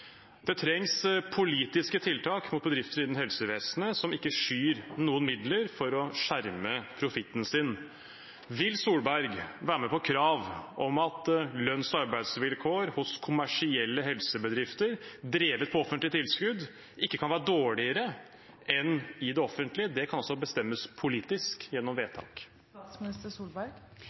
Det trengs politiske tiltak mot bedriftene innen helsevesenet som ikke skyr noen midler for å skjerme profitten sin. Vil statsminister Solberg være med på et krav om at lønns- og arbeidsvilkår hos kommersielle helsebedrifter drevet på offentlige tilskudd ikke kan være dårligere enn i det offentlige? Det kan bestemmes politisk gjennom vedtak.